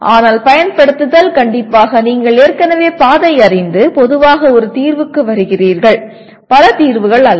ஆனால் 'பயன்படுத்துதல்' கண்டிப்பாக நீங்கள் ஏற்கனவே பாதை அறிந்து பொதுவாக ஒரு தீர்வுக்கு வருகிறீர்கள் பல தீர்வுகள் அல்ல